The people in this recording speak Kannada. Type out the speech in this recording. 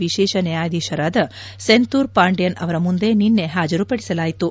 ವಿಶೇಷ ನ್ಯಾಯಾಧೀಶರಾದ ಸೆಂತೂರ್ ಪಾಂಡಿಯನ್ ಅವರ ಮುಂದೆ ನಿನ್ನೆ ಹಾಜರುಪಡಿಸಲಾಯಿತು